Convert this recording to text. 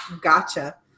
gotcha